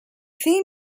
theme